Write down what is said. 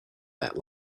that